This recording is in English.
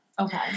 Okay